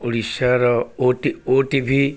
ଓଡ଼ିଶାର O T O T ଭି